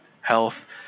health